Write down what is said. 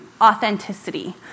authenticity